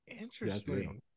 Interesting